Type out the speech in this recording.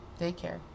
daycare